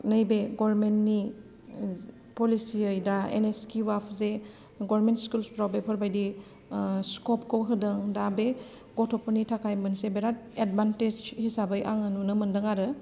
नैबे गभर्नमेन्टनि पलिसियै दा एन एस किउ एफ जे गभर्नमेन्ट स्कुलसफ्राव बेफोरबायदि स्कपखौ होदों दा बे गथ'फोरनि थाखाय मोनसे बिराद एडभान्टेज हिसाबै आङो नुनो मोनदों आरो